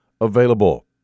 available